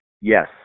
Yes